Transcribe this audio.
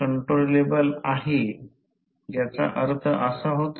आता V2 0काय आहे V2 fl म्हणजे काय